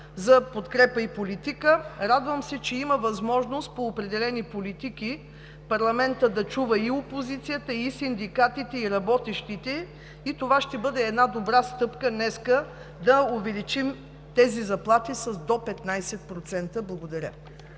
за подкрепа и политика. Радвам се, че има възможност по определени политики парламентът да чува и опозицията, и синдикатите, и работещите. Това ще бъде една добра стъпка днес – да увеличим тези заплати с до 15%. Благодаря.